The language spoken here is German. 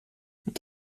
mit